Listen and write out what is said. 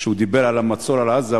כשהוא דיבר על המצור על עזה,